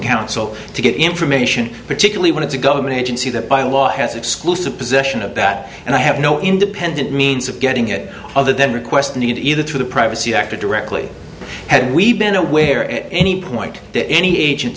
counsel to get information particularly when it's a government agency that by law has exclusive possession of that and i have no independent means of getting it other than request need either through the privacy act or directly had we been aware at any point that any age